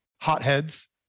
Hotheads